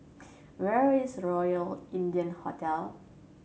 where is Royal India Hotel